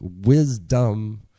Wisdom